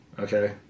Okay